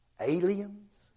aliens